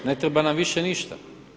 Ne treba nama više ništa.